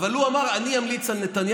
אבל הוא אמר: אני אמליץ על נתניהו,